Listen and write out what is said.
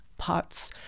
pots